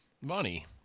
Money